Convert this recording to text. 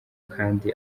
kandi